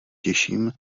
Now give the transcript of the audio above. těším